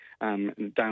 Down